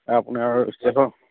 আপোনাৰ